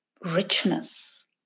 richness